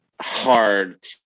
hard